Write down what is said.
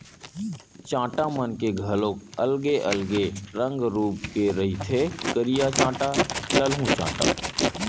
चाटा मन के घलोक अलगे अलगे रंग रुप के रहिथे करिया चाटा, ललहूँ चाटा